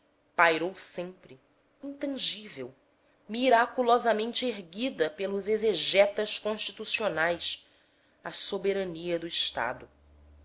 pairou sempre intangível miraculosamente erguida pelas exegetas constitucionais a soberania do estado